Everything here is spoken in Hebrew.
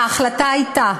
ההחלטה הייתה,